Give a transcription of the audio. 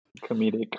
comedic